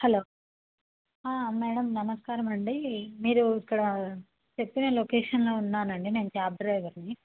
hello madam నమస్కారం అండి మీరు ఇక్కడ చెప్పిన లొకేషన్లో ఉన్నాను అండి నేను క్యాబ్ డ్రైవర్ని